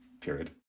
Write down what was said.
period